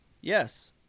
yes